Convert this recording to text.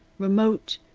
remote,